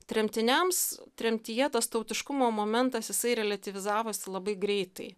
tremtiniams tremtyje tas tautiškumo momentas jisai reliatyvizavosi labai greitai